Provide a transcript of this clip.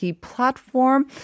platform